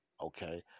okay